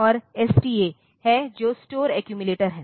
और एसटीए है जो स्टोर एक्यूमिलेटर है